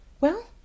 well